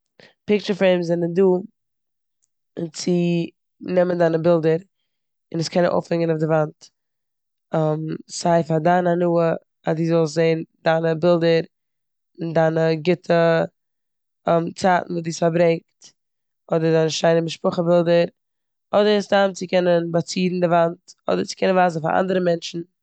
פיקטשער פרעימס זענען דא צו נעמען דיינע בילדער און עס קענען אויפהענגען אויף די וואנט, סיי פאר דיין הנאה אז די זאלסט זען דיינע בילדער און דיינע גוטע צייטן וואס די האסט פארברענגט אדער דיינע שיינע משפחה בילדער אדער סתם צו קענען באצירן די וואנט אדער צו קענען ווייזן פאר אנדערע מענטשן.